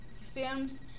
films